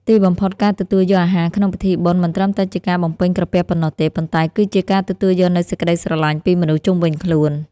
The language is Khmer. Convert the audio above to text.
ទីបំផុតការទទួលយកអាហារក្នុងពិធីបុណ្យមិនត្រឹមតែជាការបំពេញក្រពះប៉ុណ្ណោះទេ ប៉ុន្តែគឺជាការទទួលយកនូវសេចក្តីស្រឡាញ់ពីមនុស្សជុំវិញខ្លួន។